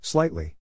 Slightly